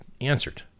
answered